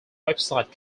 website